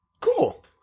Cool